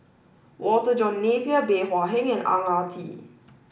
Walter John Napier Bey Hua Heng and Ang Ah Tee